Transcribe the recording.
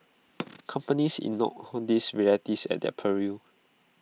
companies ignore whom these realities at their peril